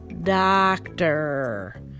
Doctor